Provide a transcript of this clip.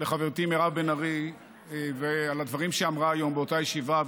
לחברתי מירב בן ארי על הדברים שהיא אמרה היום באותה ישיבה,